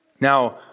Now